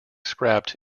scrapped